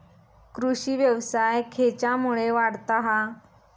कृषीव्यवसाय खेच्यामुळे वाढता हा?